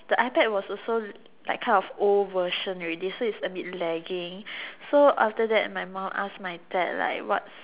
the iPad was also like kind of old version already so it's a bit lagging so after that my mum asked my dad like what's